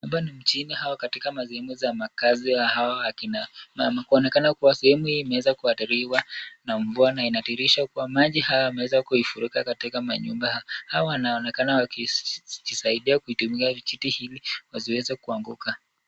Hapa ni mjini au katika masehemu za makazi za hawa akina mama. Kunaonekana sehemu hii imeweza kuathiriwa na mvua na inadhihirisha kuwa maji hayo yameweza kuifurika katika manyumba. Hawa wanaonekana wakijisaidia kutumia vijiti hivi wasiweze kuanguka.